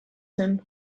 zen